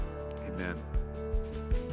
Amen